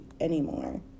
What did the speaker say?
anymore